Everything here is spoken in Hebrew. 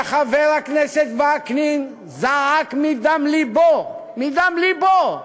וחבר הכנסת וקנין זעק מדם לבו, מדם לבו.